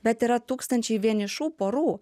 bet yra tūkstančiai vienišų porų